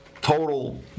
Total